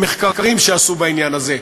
יש לי פה מחקרים שעשו בעניין הזה,